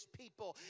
people